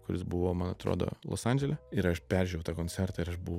kuris buvo man atrodo los andžele ir aš peržiūrėjau tą koncertą ir aš buvau